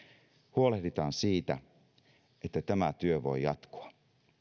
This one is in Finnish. huolehditaan siitä että tämä työ voi jatkua